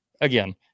again